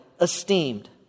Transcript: esteemed